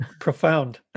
profound